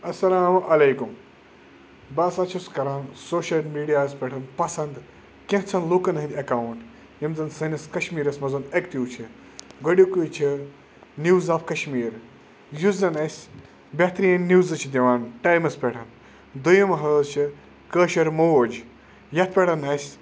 اَسَلامُ علیکُم بہٕ ہَسا چھُس کَران سوشَل میٖڈیاہَس پٮ۪ٹھ پَسَنٛد کینٛژھَن لُکَن ہٕنٛدۍ اٮ۪کاوُنٛٹ یِم زَن سٲنِس کَشمیٖرَس منٛز اٮ۪کٹِو چھِ گۄڈٕیُکُے چھِ نِوٕز آف کَشمیٖر یُس زَن اَسہِ بہتریٖن نِوزٕ چھِ دِوان ٹایمَس پٮ۪ٹھ دٔیِم حظ چھِ کٲشٕر موج یَتھ پٮ۪ٹھ اَسہِ